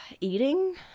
Eating